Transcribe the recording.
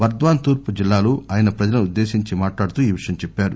బర్ద్ధాన్ తూర్పు జిల్లాలో ఆయన ప్రజలను ఉద్దేశించి మాట్లాడుతు ఈ విషయం చెప్పారు